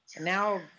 Now